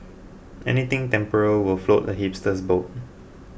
anything temporal will float a hipster's boat